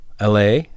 LA